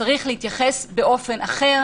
צריך להתייחס באופן אחר.